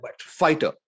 fighter